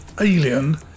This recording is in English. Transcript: Alien